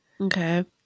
Okay